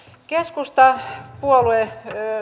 keskustapuolue